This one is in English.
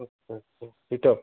okay detox